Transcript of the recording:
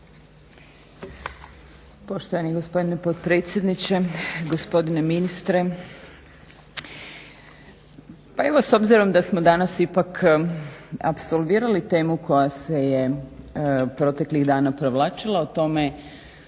Poštovani gospodine potpredsjedniče, gospodine ministre. Pa evo s obzirom da smo danas ipak apsolvirali temu koja se je proteklih dana provlačila o tome